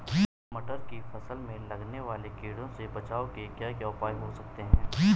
मटर की फसल में लगने वाले कीड़ों से बचाव के क्या क्या उपाय हो सकते हैं?